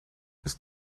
ist